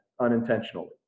unintentionally